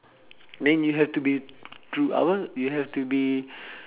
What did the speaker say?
then you have to be throughout you have to be